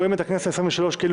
רואים את הכנסת העשרים ושלוש כאילו